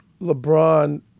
LeBron –